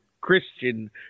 Christian